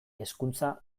hezkuntza